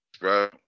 bro